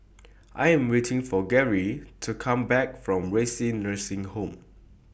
I Am waiting For Garry to Come Back from Renci Nursing Home